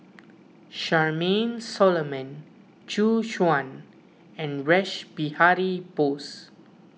Charmaine Solomon Gu Juan and Rash Behari Bose